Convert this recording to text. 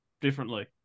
differently